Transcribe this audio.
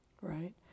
right